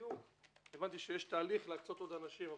הבנתי שיש תהליך להקצות עוד אנשים,